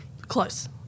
Close